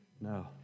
No